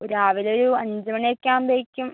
രാവിലെ ഒരു അഞ്ച് മണി ഒക്കെ ആകുമ്പോഴേക്കും